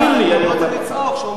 אתה לא צריך לצעוק, שומעים.